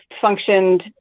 functioned